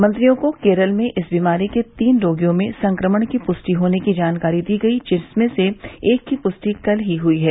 मंत्रियों को केरल में इस बीमारी के तीन रोगियों में संक्रमण की पुष्टि होने की जानकारी दी गई जिनमें से एक की पुष्टि कल ही हुई है